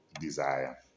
desire